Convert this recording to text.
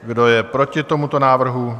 Kdo je proti tomuto návrhu?